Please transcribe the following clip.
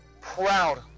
proud